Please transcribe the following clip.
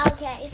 Okay